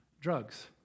Drugs